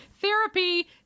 therapy